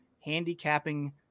handicapping